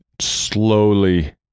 slowly